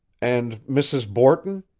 and mrs. borton?